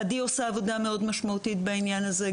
עדי עושה עבודה מאוד משמעותית בעניין הזה,